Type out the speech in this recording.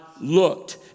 looked